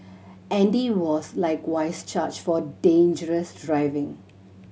Andy was likewise charged for dangerous driving